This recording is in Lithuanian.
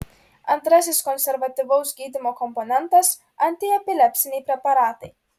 antrasis konservatyvaus gydymo komponentas antiepilepsiniai preparatai